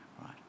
right